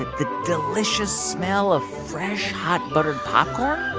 the delicious smell of fresh hot buttered popcorn?